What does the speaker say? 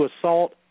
assault